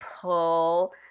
pull